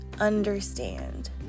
understand